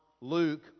Luke